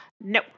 no